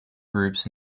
groups